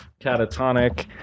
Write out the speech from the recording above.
Catatonic